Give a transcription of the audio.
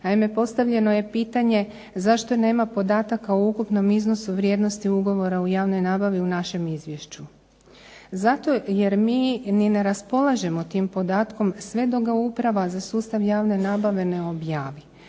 Naime, postavljeno je pitanje zašto nema podataka o ukupnom iznosu vrijednosti Ugovora o javnoj nabavi u našem Izvješću. Zato jer mi ni ne raspolažemo tim podatkom sve dok ga Uprava za sustav javne nabave ne objavi,